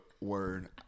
word